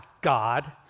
God